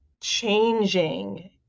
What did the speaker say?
Changing